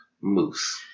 moose